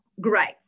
great